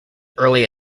early